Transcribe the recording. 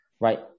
right